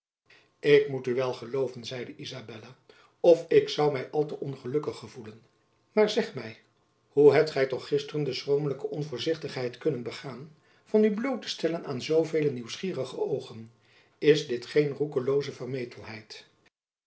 ik moet u wel gelooven zeide izabella of ik zoû my al te ongelukkig gevoelen maar zeg my hoe hebt gy toch gisteren de schroomelijke onvoorzichtigheid kunnen begaan van u bloot te stellen aan zoovele nieuwsgierige oogen is dit geen roekelooze